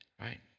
Right